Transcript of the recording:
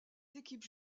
équipes